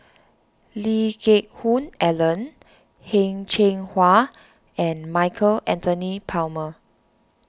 Lee Geck Hoon Ellen Heng Cheng Hwa and Michael Anthony Palmer